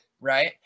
right